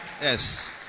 Yes